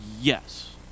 Yes